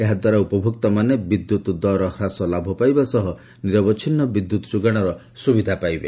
ଏହାଦ୍ୱାରା ଉପଭୋକ୍ତାମାନେ ବିଦ୍ୟୁତ୍ ଦର ହ୍ରାସ ଲାଭ ପାଇବା ସହ ନିରବଚ୍ଛିନ୍ନ ବିଦ୍ୟୁତ୍ ଯୋଗାଣର ସୁବିଧା ପାଇବେ